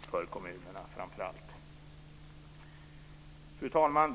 framför allt kommunerna. Fru talman!